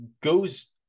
goes